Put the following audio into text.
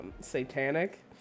satanic